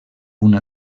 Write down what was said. una